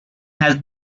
has